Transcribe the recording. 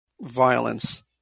violence